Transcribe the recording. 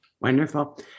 Wonderful